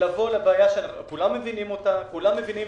לבוא לבעיה שכולם מבינים אותה, כולם מבינים